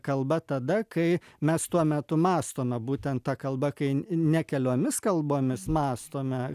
kalba tada kai mes tuo metu mąstome būtent ta kalba kai ne keliomis kalbomis mąstome